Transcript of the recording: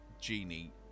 genie